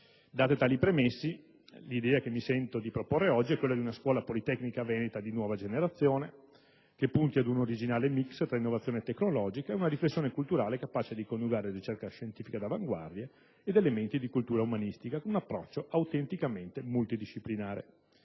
Date tali premesse, l'idea che mi sento di proporre oggi è quella di una scuola politecnica veneta di nuova generazione, che punti ad un originale *mix* tra l'innovazione tecnologica ed una riflessione culturale capace di coniugare ricerca scientifica d'avanguardia ed elementi di cultura umanistica, con un approccio autenticamente multidisciplinare.